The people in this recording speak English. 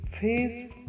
face